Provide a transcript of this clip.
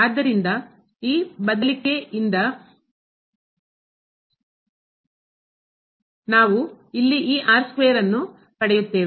ಆದ್ದರಿಂದ ಈ ಬದಲಿಕೆಯಿಂದ ನಾವು ಇಲ್ಲಿ ಈ ನ್ನು ಪಡೆಯುತ್ತೇವೆ